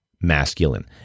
masculine